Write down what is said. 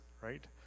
right